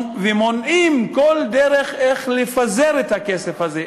ומונעים כל דרך לפזר את הכסף הזה,